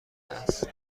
است